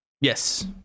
Yes